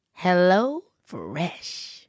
HelloFresh